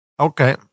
Okay